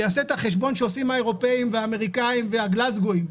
ויעשה את החשבון שעושים האירופאים והאמריקאים והגלזגואים,